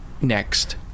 next